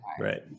right